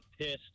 pissed